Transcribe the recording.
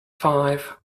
five